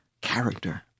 character